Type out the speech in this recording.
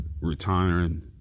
retiring